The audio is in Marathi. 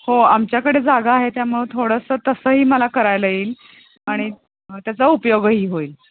हो आमच्याकडे जागा आहे त्यामुळं थोडंसं तसंही मला करायला येईल आणि त्याचा उपयोगही होईल